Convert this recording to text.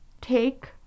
take